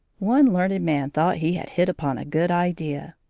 one learned man thought he had hit upon a good idea.